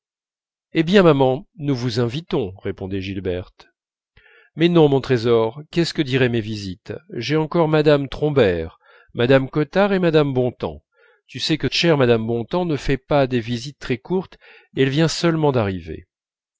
eh bien maman nous vous invitons répondait gilberte mais non mon trésor qu'est-ce que diraient mes visites j'ai encore mme trombert mme cottard et mme bontemps tu sais que chère mme bontemps ne fait pas des visites très courtes et elle vient seulement d'arriver